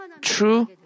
true